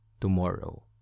tomorrow